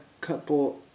couple